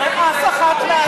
אף אחת מההצעות,